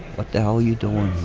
what the hell are you doing